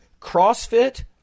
crossfit